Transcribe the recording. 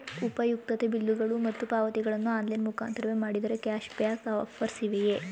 ಉಪಯುಕ್ತತೆ ಬಿಲ್ಲುಗಳು ಮತ್ತು ಪಾವತಿಗಳನ್ನು ಆನ್ಲೈನ್ ಮುಖಾಂತರವೇ ಮಾಡಿದರೆ ಕ್ಯಾಶ್ ಬ್ಯಾಕ್ ಆಫರ್ಸ್ ಇವೆಯೇ?